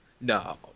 No